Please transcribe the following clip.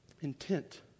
intent